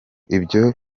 ibyo